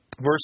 Verse